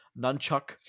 Nunchuck